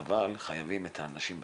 אבל חייבים את האנשים בשטח.